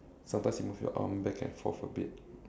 sometimes you move your arm back and forth a bit